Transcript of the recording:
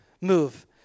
Move